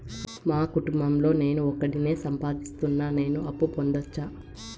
మా కుటుంబం లో నేను ఒకడినే సంపాదిస్తున్నా నేను అప్పు పొందొచ్చా